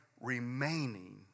remaining